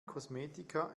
kosmetika